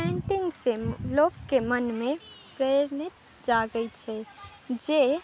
painting से लोकके मनमे प्रेरित जागै छै जे